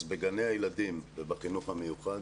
בגני הילדים ובחינוך המיוחד